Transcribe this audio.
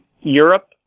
Europe